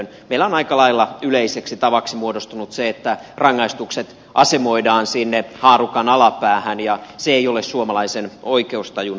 meillä on aika lailla yleiseksi tavaksi muodostunut se että rangaistukset asemoidaan sinne haarukan alapäähän ja se ei ole suomalaisen oikeustajun mukaista